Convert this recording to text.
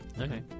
Okay